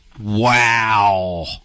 Wow